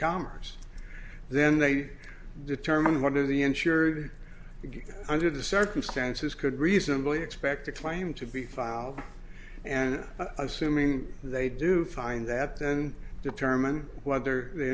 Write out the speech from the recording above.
commerce then they determine what are the insured under the circumstances could reasonably expect a claim to be filed and assuming they do find that then determine whether the